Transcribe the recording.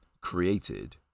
created